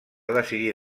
decidir